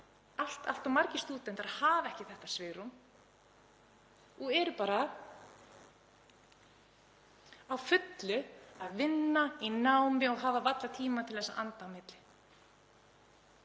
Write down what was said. Allt of margir stúdentar hafa ekki þetta svigrúm og eru bara á fullu að vinna í námi og hafa varla tíma til að anda á milli.